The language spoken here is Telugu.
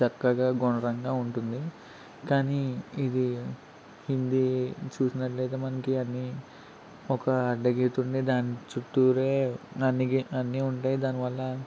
చక్కగా గుండ్రంగా ఉంటుంది కానీ ఇది హిందీ చూసినట్లయితే మనకి అన్ని ఒక అడ్డ గీత ఉండి దాని చుట్టూరే అన్ని ఉంటాయి దానివల్ల